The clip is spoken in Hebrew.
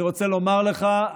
אני רוצה לומר לך,